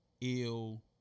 ill